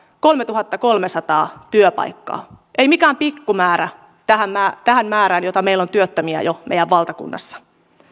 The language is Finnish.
kolmetuhattakolmesataa työpaikkaa ei mikään pikkumäärä tähän määrään nähden joka meillä jo on työttömiä meidän valtakunnassa